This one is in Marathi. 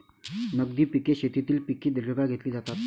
नगदी पिके शेतीतील पिके दीर्घकाळ घेतली जातात